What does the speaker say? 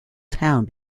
town